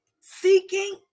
seeking